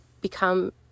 become